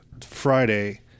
Friday